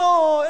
אוה,